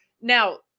Now